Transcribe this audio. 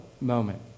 moment